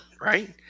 right